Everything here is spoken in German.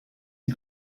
die